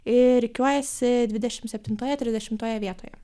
ir rikiuojasi dvidešimt septintoje trisdešimtoje vietoje